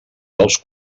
dels